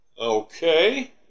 Okay